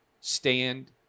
stand